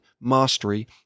mastery